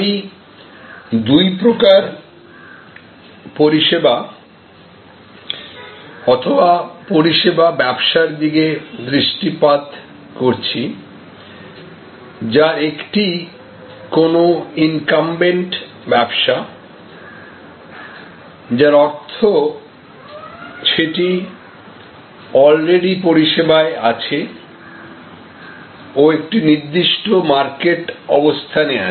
আমি দুই প্রকার পরিষেবা অথবা পরিষেবা ব্যবসার দিকে দৃষ্টিপাত করছি যার একটি কোনো ইনকাম্বেন্ট ব্যবসা যার অর্থ সেটি অলরেডি পরিষেবায় আছে ও একটি নির্দিষ্ট মার্কেট অবস্থানে আছে